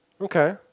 Okay